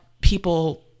people